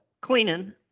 Cleaning